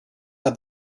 had